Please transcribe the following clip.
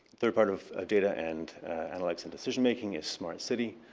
third part of of data and and like so decision making is smart city.